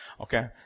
Okay